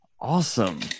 Awesome